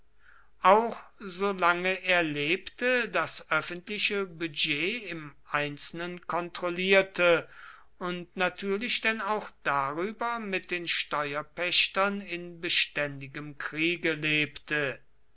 auch solange er lebte das öffentliche budget im einzelnen kontrollierte und natürlich denn auch darüber mit den steuerpächtern in beständigem kriege lebte